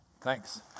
Thanks